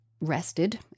rested